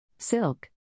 Silk